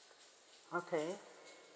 okay